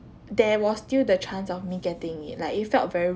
there was still the chance of me getting like it felt very